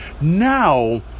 Now